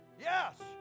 yes